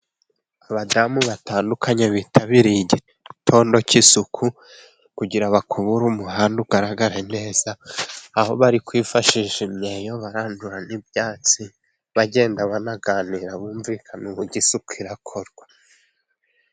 Abadamu batandukanye bitabiriye igitondo cy'isuku kugira ngo bakubure umuhanda ugaragare neza, aho bari kwifashisha imyeyo barandura n'ibyatsi, bagenda banaganira bumvikan uburyo isuku irakorwa.